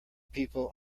people